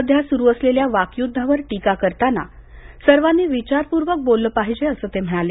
सध्या सुरू असलेल्या वाकयुध्दावर टीका करताना सर्वांनी विचारपूर्वक बोललं पाहिजे असं ते म्हणाले